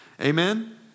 Amen